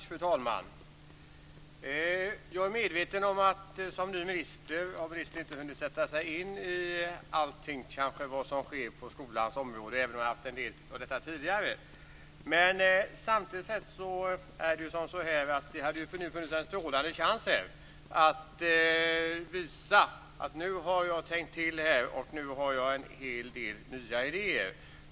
Fru talman! Jag är medveten om att som ny på sin post har ministern inte hunnit sätta sig in i allt som sker på skolans område, även om vi har haft en del av detta tidigare. Samtidigt hade det ju nu funnits en strålande chans att visa att ministern har tänkt till och har en hel del nya idéer.